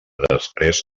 després